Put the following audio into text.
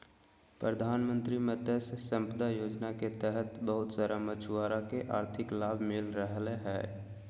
प्रधानमंत्री मत्स्य संपदा योजना के तहत बहुत सारा मछुआरा के आर्थिक लाभ मिल रहलय हें